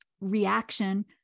reaction